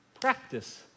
practice